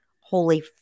holy